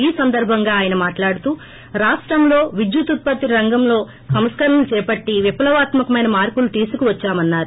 ఈ సందర్భంగా ఆయన మాట్లాడుతూ రాష్టంలో విద్యుదుత్పత్తి రంగంలో సంస్కరణలు చేపట్టి విప్లవాత్మ కమైన మార్పులు తీసుకువచ్చామన్నారు